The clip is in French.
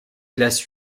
classe